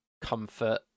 comfort